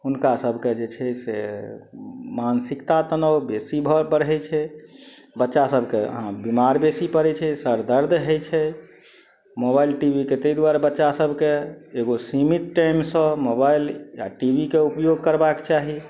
हुनका सबके जे छै से मानसिकता तनाव बेसी भऽ पढ़य छै बच्चा सबके हँ बीमार बेसी पड़य छै सर दर्द होइ छै मोबाइल टी वी के तै दुआरे बच्चा सबके एगो सीमित टाइमसँ मोबाइल आओर टी वी के उपयोग करबाक चाही